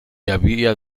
devia